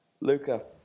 Luca